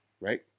right